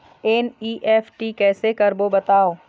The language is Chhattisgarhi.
एन.ई.एफ.टी कैसे करबो बताव?